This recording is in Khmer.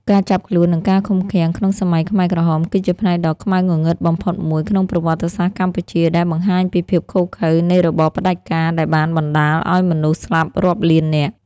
ការចាប់ខ្លួន និងការឃុំឃាំងក្នុងសម័យខ្មែរក្រហម គឺជាផ្នែកដ៏ខ្មៅងងឹតបំផុតមួយក្នុងប្រវត្តិសាស្ត្រកម្ពុជា ដែលបង្ហាញពីភាពឃោរឃៅនៃរបបផ្តាច់ការដែលបានបណ្តាលឱ្យមនុស្សស្លាប់រាប់លាននាក់។